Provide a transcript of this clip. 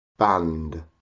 Band